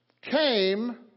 came